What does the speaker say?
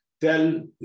tell